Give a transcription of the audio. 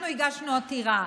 אנחנו הגשנו עתירה,